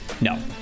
no